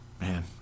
Man